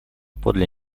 подле